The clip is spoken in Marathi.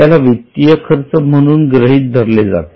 याला वित्तीय खर्च म्हणून गृहीत धरले जाते